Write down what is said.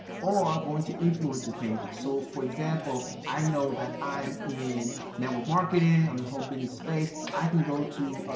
or going to influencers page. so for example, i know that i'm in network marketing, i'm in the whole business space, i can go to